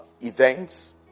events